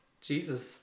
Jesus